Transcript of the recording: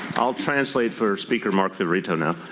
i'll translate for speaker mark-viverito now.